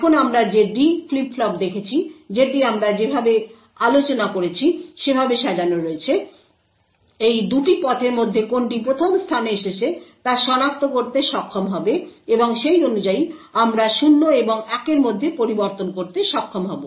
এখন আমরা যেমন D ফ্লিপ ফ্লপ দেখেছি যেটি আমরা যেভাবে আলোচনা করেছি সেভাবে সাজানো হয়েছে এই 2টি পথের মধ্যে কোনটি 1ম স্থানে এসেছে তা সনাক্ত করতে সক্ষম হবে এবং সেই অনুযায়ী আমরা 0 এবং 1 এর মধ্যে পরিবর্তন করতে সক্ষম হব